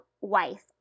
wife